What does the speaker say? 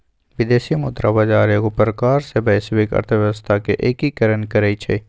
विदेशी मुद्रा बजार एगो प्रकार से वैश्विक अर्थव्यवस्था के एकीकरण करइ छै